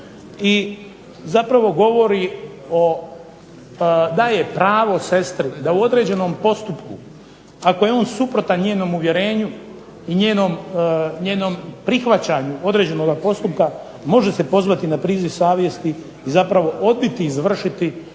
i zapravo daje pravo sestri da u određenom postupku ako je on suprotan njenom uvjerenju i njenom prihvaćanju određenoga postupka može se pozvati na priziv savjesti, zapravo odbiti izvršiti